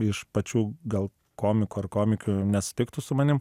iš pačių gal komikų ar komikių nesutiktų su manim